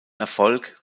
erfolg